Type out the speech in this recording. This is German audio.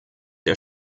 der